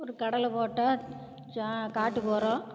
ஒரு கடலை போட்டால் சா காட்டுக்கு ஒரம்